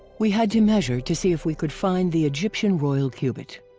we had to measure to see if we could find the egyptian royal cubit.